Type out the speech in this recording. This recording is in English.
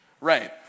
right